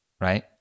right